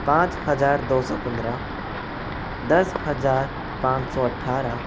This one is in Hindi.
पाँच हज़ार दो सौ पंद्रह दस हज़ार पाँच सौ अठारह